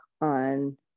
on